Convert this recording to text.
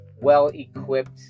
well-equipped